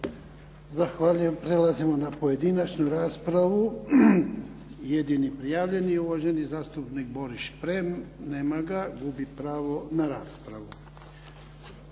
Zahvaljujem. Prelazimo na pojedinačnu raspravu, jedini prijavljeni uvaženi zastupnik Boris Šprem, nema ga, gubi pravo na raspravu.